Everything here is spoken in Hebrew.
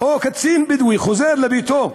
או קצין בדואי חוזר לביתו,